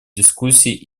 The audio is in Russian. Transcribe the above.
дискуссии